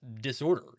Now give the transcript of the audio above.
disorder